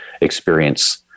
experience